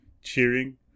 cheering